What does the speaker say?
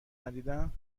ندیدم